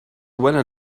when